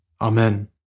Amen